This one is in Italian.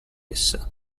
essa